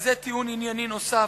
וזה טיעון ענייני נוסף.